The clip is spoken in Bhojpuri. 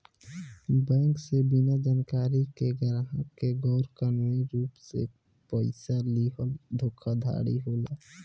बैंक से बिना जानकारी के ग्राहक के गैर कानूनी रूप से पइसा लीहल धोखाधड़ी होला